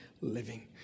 living